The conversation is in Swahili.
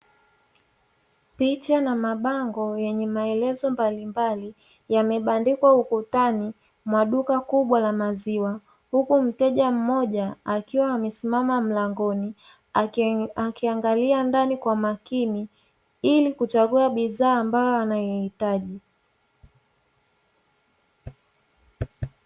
Picha na mabango yenye maelezo mbalimbali, yamebandikwa ukutani mwa duka kubwa la maziwa, huku mteja mmoja akiwa amesimama mlangoni akiangalia ndani kwa umakini ili kuchagua bidhaa ambayo ana hiitaji.